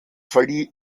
verlieh